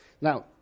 Now